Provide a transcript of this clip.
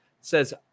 says